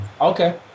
Okay